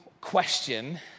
question